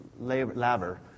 laver